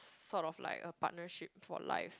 sort of like a partnership for life